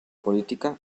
política